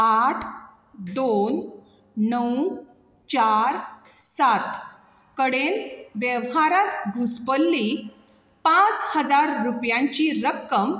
आठ दोन णव चार सात कडेन वेव्हारांत घुसपल्ली पांच हजार रुपयांची रक्कम